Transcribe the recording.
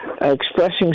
expressing